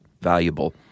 valuable